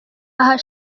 aha